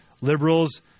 Liberals